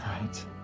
right